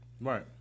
Right